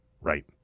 right